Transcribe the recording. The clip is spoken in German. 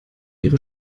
ihre